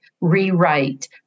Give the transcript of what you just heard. rewrite